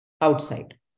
outside